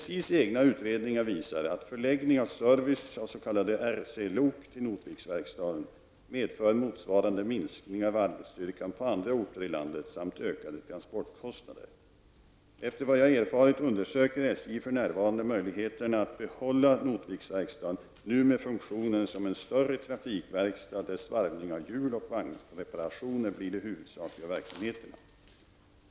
SJs egna utredningar visar att förläggning av service av s.k. RC-lok till Notviksverkstaden medför motsvarande minskningar av arbetsstyrkan på andra orter i landet samt ökade transportkostnader. Efter vad jag erfarit undersöker SJ för närvarande möjligheterna att behålla Notviksverkstaden, nu med funktionen som en större trafikverkstad där svarvning av hjul och vagnsreparationer blir de huvudsakliga verksamheterna.